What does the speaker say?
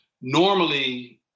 normally